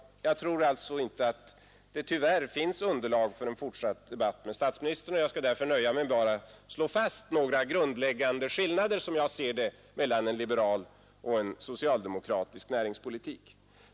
Tyvärr tror jag därför inte att det finns underlag för en fortsatt debatt med statsministern om den saken. Jag skall därför nöja mig med att bara slå fast några som jag ser det grundläggande skillnader mellan en liberal och en socialdemokratisk näringspolitik.